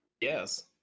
yes